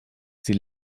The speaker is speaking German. sie